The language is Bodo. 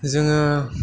जोङो